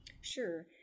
Sure